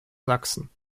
sachsen